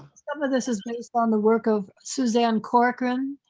some of this has been based on the work of suzanne corcoran.